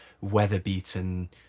weather-beaten